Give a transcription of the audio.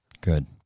good